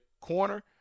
corner